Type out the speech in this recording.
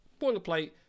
boilerplate